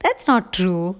that's not true